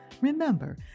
Remember